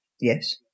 Yes